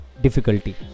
difficulty